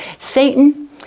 Satan